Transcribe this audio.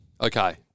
Okay